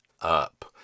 up